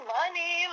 money